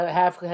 half